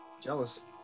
Jealous